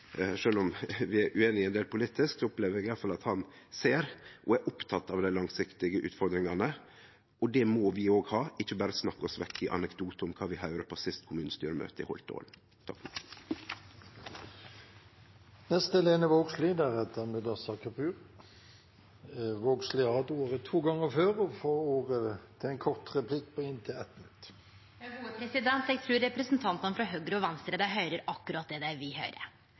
om vi er ueinige om ein del politisk, i alle fall ser og er oppteken av dei langsiktige utfordringane. Det må vi òg vere og ikkje berre snakke oss vekk i anekdotar om kva vi høyrde på siste kommunestyremøte i Holtålen. Representanten Lene Vågslid har hatt ordet to ganger tidligere og får ordet til en kort merknad, begrenset til 1 minutt. Eg trur representantane frå Høgre og Venstre høyrer akkurat det dei